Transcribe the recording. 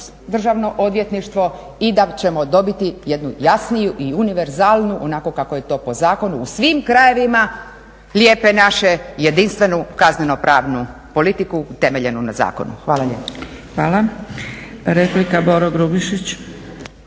državno odvjetništvo i da ćemo dobiti jednu jasniju i univerzalnu, onako kako je to po zakonu u svim krajevima lijepe naše, jedinstvenu kazneno-pravnu politiku utemeljenu na zakonu. Hvala lijepa. **Zgrebec, Dragica